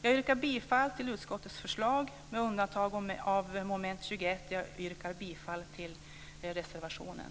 Jag yrkar bifall till utskottets förslag med undantag för mom. 21 där jag yrkar bifall till reservationen.